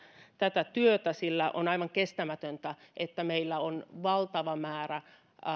tätä työtä sillä on aivan kestämätöntä että meillä on valtava määrä